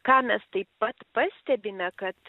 ką mes taip pat pastebime kad